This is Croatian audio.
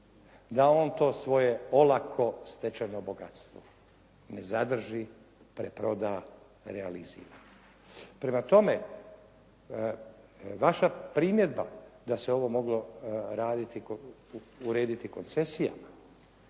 Da on to svoje olako stečeno bogatstvo ne zadrži, preproda, realizira. Prema tome, vaša primjedba da se ovo moglo raditi, urediti koncesijama